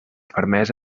fermesa